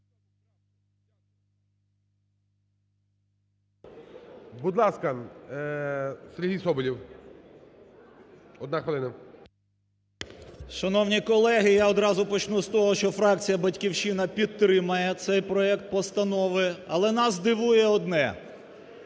Будь ласка, Сергій Соболєв, одна хвилина. 11:12:41 СОБОЛЄВ С.В. Шановні колеги, я одразу почну з того, фракція "Батьківщина" підтримає цей проект постанови. Але нас дивує одне.